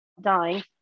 dying